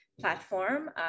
Platform